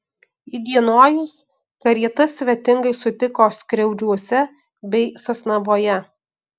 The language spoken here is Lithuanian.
įdienojus karietas svetingai sutiko skriaudžiuose bei sasnavoje